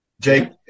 Jake